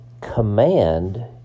command